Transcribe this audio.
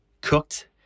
cooked